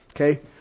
Okay